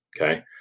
Okay